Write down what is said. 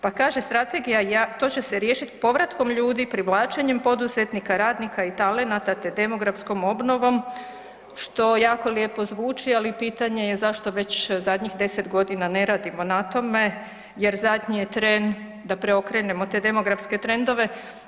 Pa kaže strategija, to će se riješiti povratkom ljudi, privlačenjem poduzetnika, radnika i talenata te demografskom obnovom što jako lijepo zvuči, ali pitanje je zašto već zadnjih deset godina ne radimo na tome jer zadnji je tren da preokrenemo te demografske trendove.